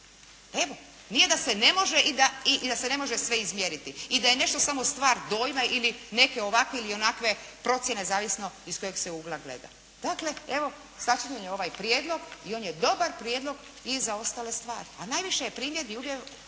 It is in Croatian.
Evo nije da se ne može i da se ne može sve izmijeniti i da je nešto samo stvar dojma ili neke ovakve ili onakve procjene zavisno iz kojeg se ugla gleda. Dakle evo, sačinjen je ovaj prijedlog i on je dobar prijedlog i za ostale stvari, a najviše je primjedbi upravo